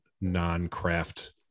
non-craft